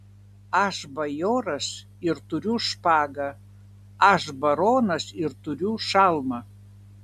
aš bajoras ir turiu špagą aš baronas ir turiu šalmą